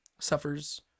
suffers